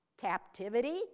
captivity